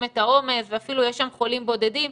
את העומס ואפילו יש שם חולים בודדים,